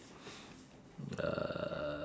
uh